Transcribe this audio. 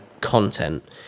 content